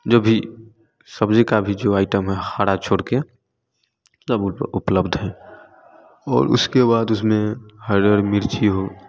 जो भी सब्जी का जो भी आइटम है हरा छोड़ के सब उपलब्ध है और उसके बाद उसमें हरी मिर्ची हो